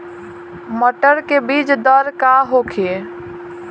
मटर के बीज दर का होखे?